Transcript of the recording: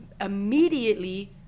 immediately